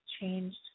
changed